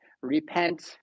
Repent